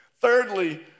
thirdly